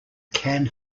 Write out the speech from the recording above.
can